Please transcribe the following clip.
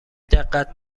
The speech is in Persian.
دقت